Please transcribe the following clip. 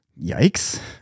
Yikes